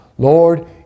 Lord